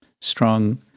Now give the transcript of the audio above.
strong